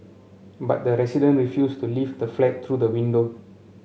but the resident refused to leave the flat through the window